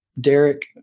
Derek